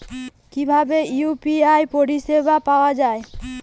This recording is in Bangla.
কিভাবে ইউ.পি.আই পরিসেবা পাওয়া য়ায়?